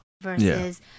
Versus